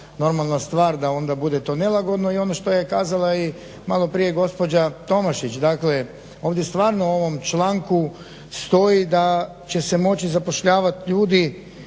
normalna stvar da onda bude to nelagodno. I ono što je kazala i maloprije gospođa Tomašić, dakle ovdje stvarno u ovom članku stoji da će se moći zapošljavati ljudi